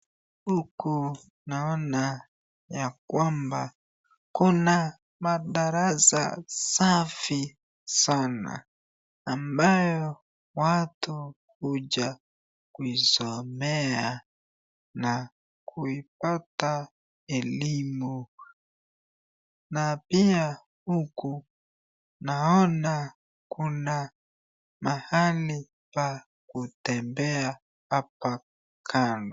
Huku naona ya kwamba kuna madarasa safi sana ambayo watu huja kuisomea na kuioata elimu, na pia huku naona kuna mahali pa kutembea hapa kando.